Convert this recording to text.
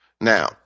Now